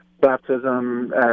baptism